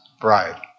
bride